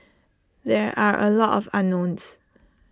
there are A lot of unknowns